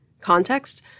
context